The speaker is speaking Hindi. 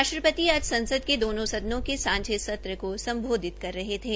राष्ट्रपति आज संसद के दोनों के सांझे सत्र को सम्बोधित कर रहे थे